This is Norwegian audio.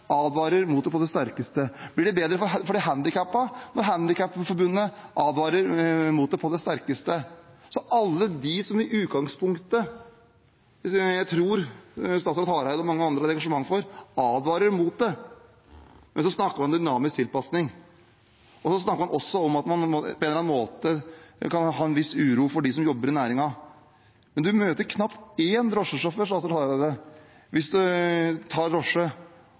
advarer mot det på det sterkeste. Blir det bedre for de handikappede? Handikapforbundet advarer mot det på det sterkeste. Alle de som jeg i utgangspunktet tror statsråd Hareide og mange andre har et engasjement for, advarer mot det – men så snakker man om dynamisk tilpasning. Man snakker også om at man på en eller annen måte kan ha en viss uro for dem som jobber i næringen. Men man møter knapt én drosjesjåfør – hvis man tar drosje